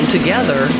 Together